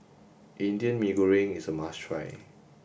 Indian Mee Goreng is a must try